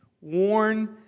warn